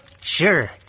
Sure